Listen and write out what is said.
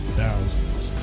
thousands